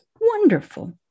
wonderful